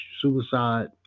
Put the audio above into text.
Suicide